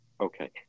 Okay